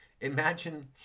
imagine